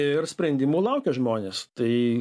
ir sprendimų laukia žmonės tai